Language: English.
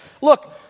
look